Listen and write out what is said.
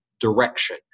direction